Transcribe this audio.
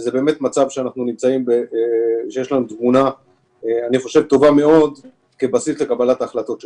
זה באמת מצב שיש לנו תבונה טובה מאוד כבסיס לקבלת ההחלטות שלנו.